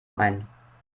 ein